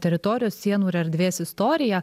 teritorijos sienų ir erdvės istoriją